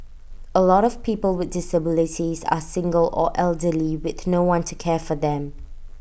A lot of people with disabilities are single or elderly with no one to care for them